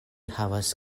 havas